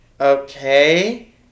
Okay